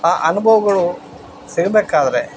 ಆ ಅನುಭವಗಳು ಸಿಗಬೇಕಾದ್ರೆ